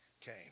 came